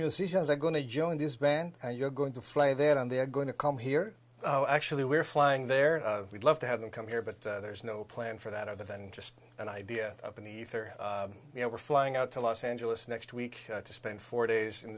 musicians are going to join this band and you're going to fly there and they're going to come here actually we're flying there we'd love to have them come here but there's no plan for that other than just an idea of an ether you know we're flying out to los angeles next week to spend four days in